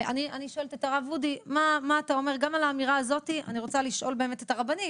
על האמירה הזאת אני רוצה לשאול את הרבנים.